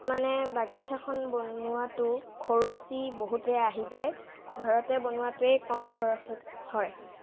মানে বাগিচাখন বনোৱাটো খৰচী বহুতেই আহি যায় ঘৰতে বনোৱাটোৱেই কম খৰচত হয়